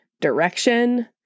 direction